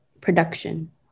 production